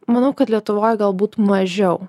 manau kad lietuvoj galbūt mažiau